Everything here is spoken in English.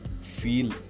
feel